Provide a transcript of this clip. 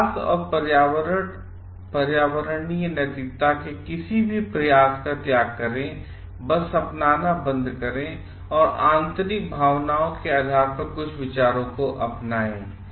विकास और पर्यावरणीय नैतिकता के किसी भी प्रयास का त्याग करें और बस अपनाना बंद करें औरआंतरिक भावनाओं केआधार पर कुछ विचारों को अपनाएं